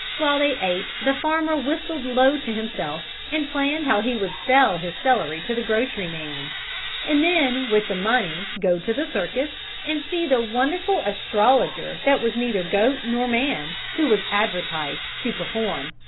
while they ate the farmer whistled low to himself and planned how he would sell his celery to the grocery man and then, with the money, go to the circus, and see the wonderful astrologer that was neither goat nor man who was advertised to perform.